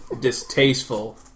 distasteful